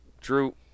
Drew